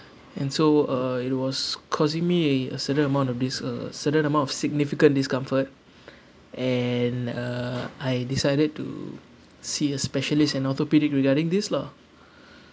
and so uh it was causing me a certain amount of this uh certain amount of significant discomfort and uh I decided to see a specialist an orthopaedic regarding this lah